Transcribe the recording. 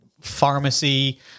pharmacy